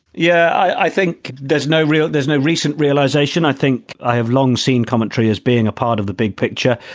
yeah, i think there's no real there's no recent realization. i think i have long seen commentary as being a part of the big picture.